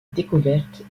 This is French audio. découverte